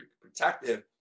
protective